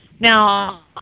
Now